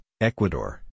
Ecuador